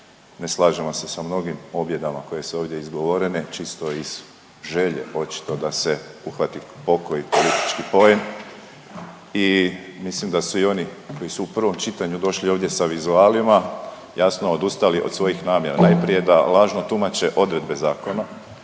ne slažemo se sa mnogim objedama koje su ovdje izgovorene čisto iz želje očito da se uhvati pokoji politički poen i mislim da su i oni koji su u prvom čitanju došli ovdje sa vizualima jasno odustali od svojih namjera, najprije da lažno tumače odredbe zakona,